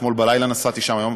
אתמול בלילה נסעתי שם.